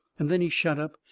and then he shut up,